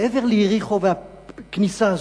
מעבר ליריחו והכניסה הזאת,